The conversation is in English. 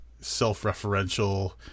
self-referential